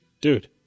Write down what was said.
dude